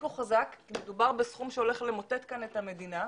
תחזיקו חזק כי מדובר בסכום שהולך למוטט כאן את המדינה.